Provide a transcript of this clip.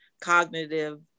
cognitive